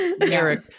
Eric